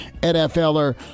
NFLer